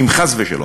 אם, חס ושלום,